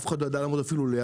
אף אחד לא היה אפילו קרוב.